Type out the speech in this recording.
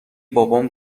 بابام